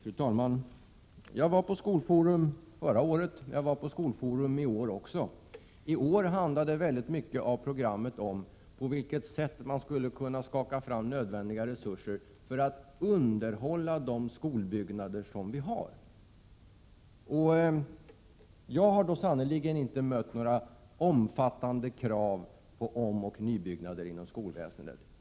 Fru talman! Jag besökte Skolforum både i år och förra året. I år handlade programmet till stor del om på vilket sätt man skulle kunna skaka fram nödvändiga resurser för att underhålla de skolbyggnader som vi har. Jag har sannerligen inte mött några omfattande krav på omoch nybyggnader från skolorna.